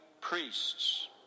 priests